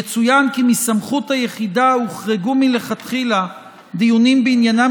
יצוין כי מסמכות היחידה הוחרגו מלכתחילה דיונים בעניינם